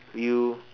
you